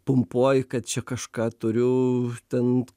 pumpuoju kad čia kažką turiu ten